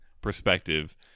perspective